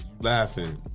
laughing